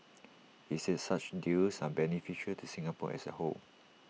he said such deals are beneficial to Singapore as A whole